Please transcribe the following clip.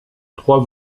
trois